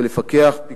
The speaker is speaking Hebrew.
ולפקח על